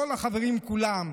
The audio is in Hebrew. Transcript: כל החברים כולם,